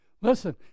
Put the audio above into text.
Listen